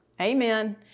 Amen